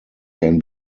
can